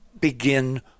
begin